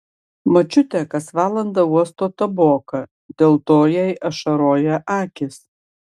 močiutė kas valandą uosto taboką dėl to jai ašaroja akys